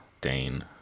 Dane